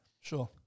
Sure